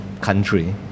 country